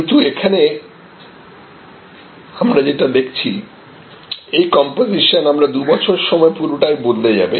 কিন্তু এখন আমরা যেটা দেখছি এই কম্পোজিশন আগামী দুবছর সময়ে পুরোটাই বদলে যাবে